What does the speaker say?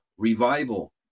revival